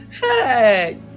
Hey